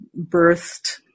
birthed